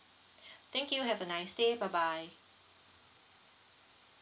thank you have a nice day bye bye